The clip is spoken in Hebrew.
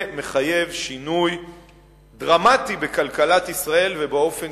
זה מחייב שינוי דרמטי בכלכלת ישראל ובאופן